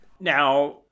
Now